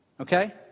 Okay